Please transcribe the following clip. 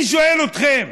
אני שואל אתכם: